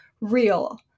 real